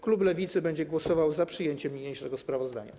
Klub Lewicy będzie głosował za przyjęciem niniejszego sprawozdania.